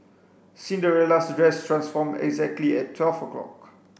Cinderella's dress transformed exactly at twelve o'clock